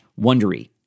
wondery